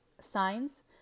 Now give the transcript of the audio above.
signs